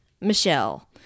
Michelle